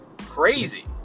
crazy